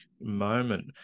moment